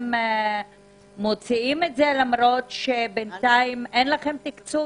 מוציאים את זה למרות שאין תקצוב?